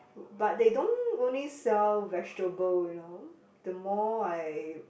but they don't only sell vegetable you know the more I